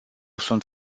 sunt